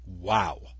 Wow